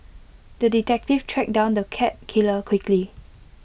the detective tracked down the cat killer quickly